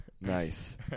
Nice